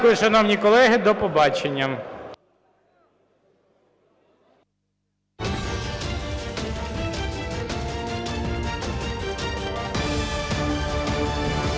Дякую, шановні колеги. До побачення.